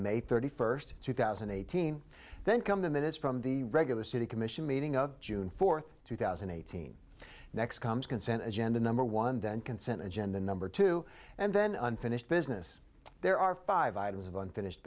may thirty first two thousand and eighteen then come the minutes from the regular city commission meeting of june fourth two thousand and eighteen next comes consent agenda number one then consent agenda number two and then unfinished business there are five items of unfinished